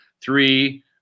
three